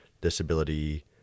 disability